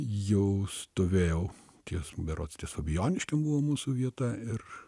jau stovėjau ties berods ties fabijoniškių buvo mūsų vieta ir